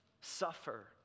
suffer